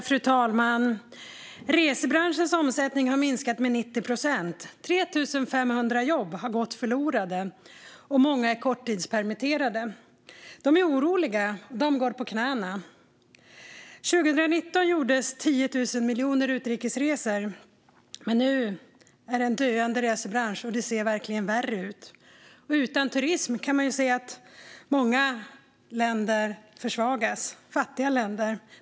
Fru talman! Resebranschens omsättning har minskat med 90 procent. 3 500 jobb har gått förlorade, och många är korttidspermitterade. De är oroliga, och de går på knäna. År 2019 gjordes 10 000 miljoner utrikesresor. Men nu är det en döende resebransch, och det ser verkligen ut att bli värre. Utan turism kan man se att många länder, fattiga länder, försvagas.